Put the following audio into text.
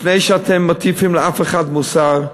לפני שאתם מטיפים למישהו מוסר,